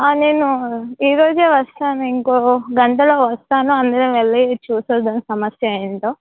నేను ఈరోజే వస్తాను ఇంకో గంటలో వస్తాను అందరం వెళ్ళి చూసి వద్దాము సమస్య ఏమిటో